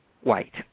white